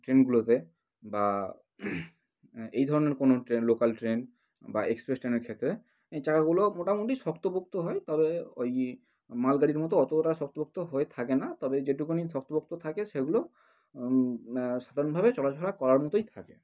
ট্রেনগুলোতে বা এই ধরনের কোনো ট্রেন লোকাল ট্রেন বা এক্সপ্রেস ট্রেনের ক্ষেত্রে এই চাকাগুলো মোটামুটি শক্তপোক্ত হয় তবে ওই মালগাড়ির মতো অতটা শক্তপোক্ত হয়ে থাকে না তবে যেটুকুনি শক্তপোক্ত থাকে সেগুলো সাধারণভাবে চলাফেরা করার মতোই থাকে